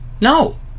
No